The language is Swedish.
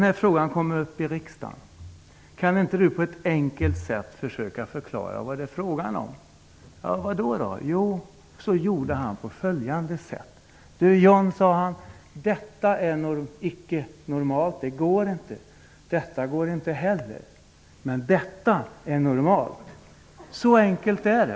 Han sade: ''Du John! Kan inte du på ett enkelt sätt försöka förklara vad det är frågan om när den här frågan kommer upp i riksdagen?'' ''Vad då?'' undrade jag. Då gjorde han på följande sätt: ''Du John, detta är icke normalt. Det går inte. Detta går inte heller. Men detta är normalt.'' Så enkelt är det.